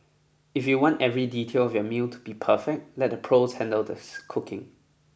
if you want every detail of your meal to be perfect let the pros handle this cooking